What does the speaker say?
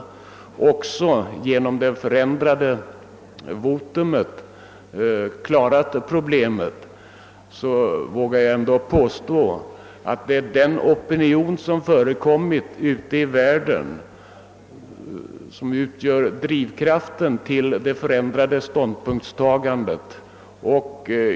Dessa har också genom sitt förändrade votum klarat pro blemet. Jag vågar dock påstå att det är den opinion som förekommit ute i världen som utgör drivkraften till det förändrade ståndpunktstagandet.